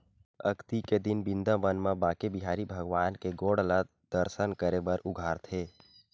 अक्ती के दिन बिंदाबन म बाके बिहारी भगवान के गोड़ ल दरसन करे बर उघारथे